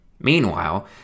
Meanwhile